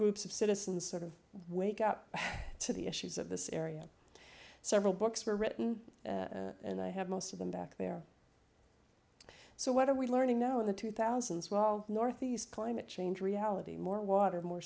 groups of citizens sort of wake up to the issues of this area several books were written and i have most of them back there so what are we learning no the two thousand and twelve ne climate change reality more water more